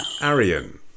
Arian